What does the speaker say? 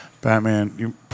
Batman